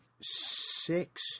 six